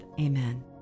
Amen